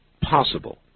possible